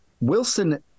wilson